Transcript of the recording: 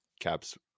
caps